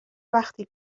وقتی